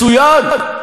מצוין.